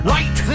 Right